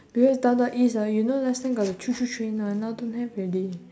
previous downtown east ah you know last time got the choo choo train one now don't have already